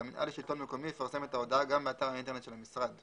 והמינהל לשלטון מקומי יפרסם את ההודעה גם באתר האינטרנט של המשרד,